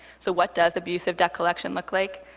so what does abusive debt collection look like?